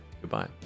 Goodbye